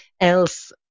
else